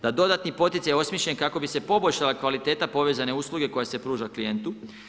Taj dodatni poticaj je osmišljen kako bi se poboljšala kvaliteta povezane usluge koja se pruža klijentu.